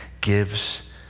gives